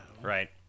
Right